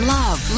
love